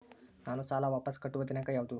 ನಾನು ಸಾಲ ವಾಪಸ್ ಕಟ್ಟುವ ದಿನಾಂಕ ಯಾವುದು?